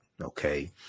Okay